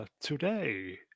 Today